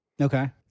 Okay